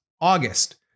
August